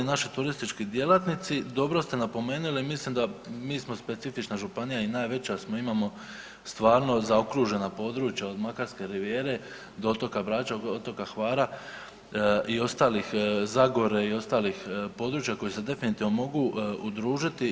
Naši turistički djelatnici, dobro ste napomenuli mislim da smo mi specifična županija i najveća smo, imamo stvarno zaokružena područja od Makarske rivijere do otoka Brača, otoka Hvara, Zagore i ostalih područja koji se definitivno mogu udružiti.